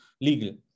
legal